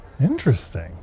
Interesting